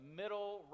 middle